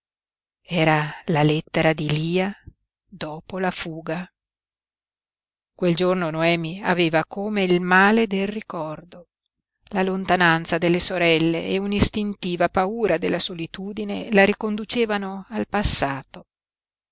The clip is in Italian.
era la lettera di lia dopo la fuga quel giorno noemi aveva come il male del ricordo la lontananza delle sorelle e un'istintiva paura della solitudine la riconducevano al passato